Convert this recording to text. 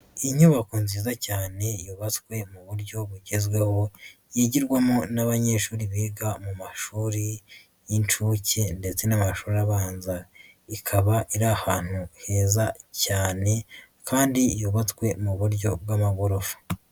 Inyubako nziza cyane yubatswe mu buryo bugezweho, yigirwamo n'abanyeshuri biga mu mashuri y'inshuke ndetse n'amashuri abanza. Ikaba iri ahantu heza cyane kandi yubatswe mu buryo bw'amagorofa.